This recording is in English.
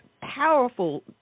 powerful –